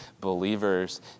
believers